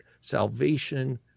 salvation